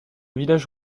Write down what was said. village